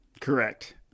Correct